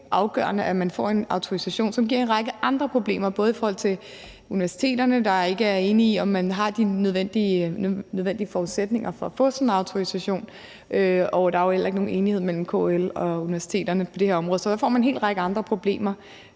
at man får en autorisation, som giver en række andre problemer. Det gælder i forhold til universiteterne, der ikke er enige i, at man har de nødvendige forudsætninger for at få sådan en autorisation, og der er jo heller ikke nogen enighed mellem KL og universiteterne på det her område. Så der får man en hel række andre problemer.